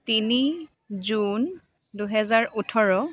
তিনি জুন দুহেজাৰ ওঁঠৰ